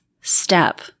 step